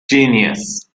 genius